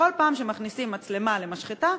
בכל פעם שמכניסים מצלמה למשחטה,